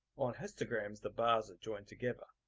on histograms the bars are joined together.